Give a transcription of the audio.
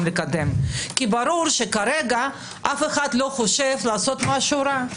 לקדם כי ברור שכרגע אף אחד לא חושב לעשות משהו רע.